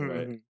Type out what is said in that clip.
Right